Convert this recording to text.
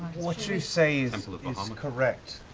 what you say is and sort of and so and correct.